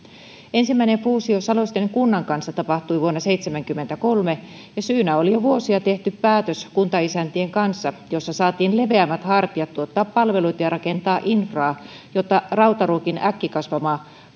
ensimmäinen fuusio saloisten kunnan kanssa tapahtui vuonna seitsemänkymmentäkolme ja syynä oli jo vuosia sitten kuntaisäntien kanssa tehty päätös jossa saatiin leveämmät hartiat tuottaa palveluita ja rakentaa infraa jota rautaruukin äkkikasvattama